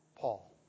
Paul